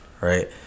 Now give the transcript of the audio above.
Right